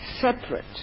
separate